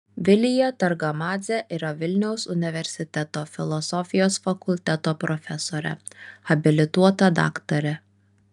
vilija targamadzė yra vilniaus universiteto filosofijos fakulteto profesorė habilituota daktarė